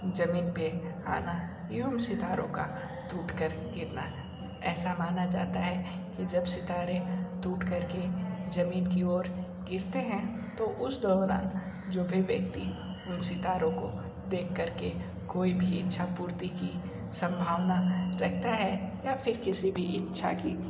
ज़मीन पर आना यू सितारों का टूटकर गिरना ऐसा माना जाता है कि जब सितारे टूट कर गिरे जमीन कि ओर गिरते हैं तो उस दौरान जो कोई व्यक्ति उन सितारों को देख कर के कोई भी इच्छा पूर्ति की संभावना रखता है या फिर किसी भी इच्छा की